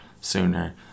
sooner